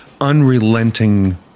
unrelenting